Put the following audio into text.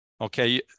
okay